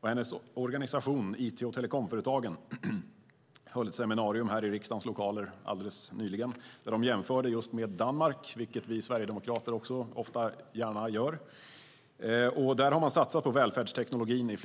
Anne-Marie Franssons organisation, IT & telekomföretagen, höll nyligen ett seminarium i riksdagens lokaler och jämförde då med Danmark, vilket också vi sverigedemokrater ofta gärna gör. I Danmark har man i flera år satsat på välfärdsteknologin.